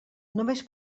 només